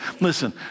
Listen